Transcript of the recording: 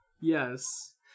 Yes